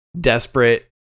desperate